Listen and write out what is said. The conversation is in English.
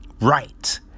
Right